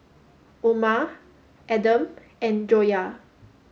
Omar Adam and Joyah